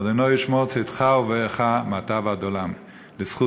ה' ישמר צאתך ובואך מעתה ועד עולם." לזכות